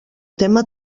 tema